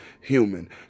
human